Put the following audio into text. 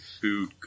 food